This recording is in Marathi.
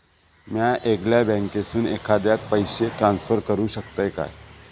म्या येगल्या बँकेसून एखाद्याक पयशे ट्रान्सफर करू शकतय काय?